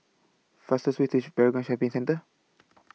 fastest Way tage Paragon Shopping Centre